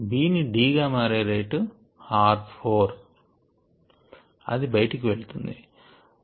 Bని D గా మారే రేట్ r4 అది బయటకు వెలుతుంది